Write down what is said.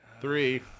three